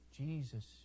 Jesus